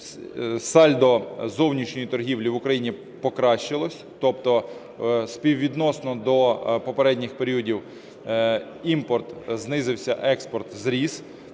Сальдо зовнішньої торгівлі в Україні покращилось, тобто співвідносно до попередніх періодів імпорт знизився, експорт зріс.